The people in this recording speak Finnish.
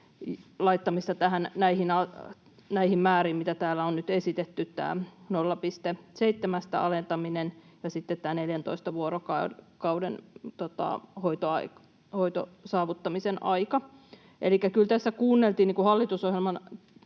laittamista näihin määriin, mitä täällä on nyt esitetty, eli tästä 0,7:stä alentamista ja sitten tätä 14 vuorokauden hoidon saavuttamisen aikaa. Kyllä tässä kuunneltiin hallitusohjelman